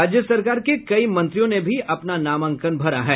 राज्य सरकार के कई मंत्रियों ने भी अपना नामांकन भरा है